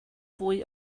fwy